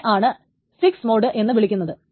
അതിനെ ആണ് SIX mode എന്ന് വിളിക്കുന്നത്